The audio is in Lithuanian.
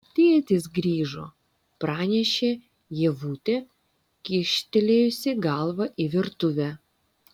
tėtis grįžo pranešė ievutė kyštelėjusi galvą į virtuvę